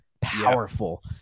powerful